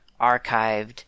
archived